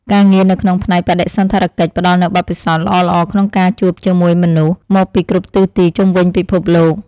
ការងារនៅក្នុងផ្នែកបដិសណ្ឋារកិច្ចផ្តល់នូវបទពិសោធន៍ល្អៗក្នុងការជួបជាមួយមនុស្សមកពីគ្រប់ទិសទីជុំវិញពិភពលោក។